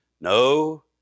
No